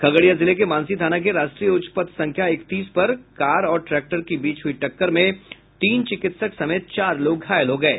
खगड़िया जिले के मानसी थाना के राष्ट्रीय उच्चपथ संख्या इकतीस पर कार और ट्रैक्टर के बीच हुयी टक्कर में तीन चिकित्सक समेत चार लोग घायल हो गये